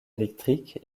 électrique